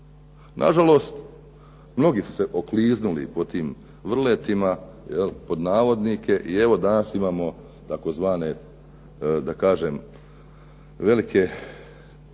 Nažalost, mnogi su se "okliznuli po tim vrletima" i evo danas imamo tzv. da kažem velike